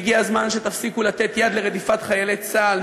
הגיע הזמן שתפסיקו לתת יד לרדיפת חיילי צה"ל,